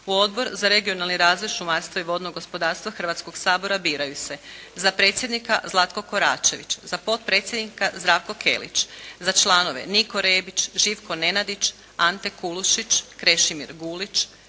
U Odbor za regionalni razvoj šumarstva i vodnog gospodarstva Hrvatskog sabora biraju se: za predsjednika Zlatko Koračević, za potpredsjednika Zdravko Kelić, za članove Niko Rebić, Živko Nenadić, Ante Kulušić, Krešimir Gulić,